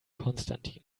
konstantin